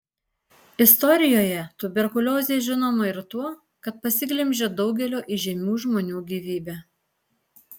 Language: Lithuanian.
istorijoje tuberkuliozė žinoma ir tuo kad pasiglemžė daugelio įžymių žmonių gyvybę